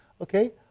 Okay